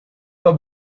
pas